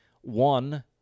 one